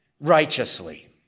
righteously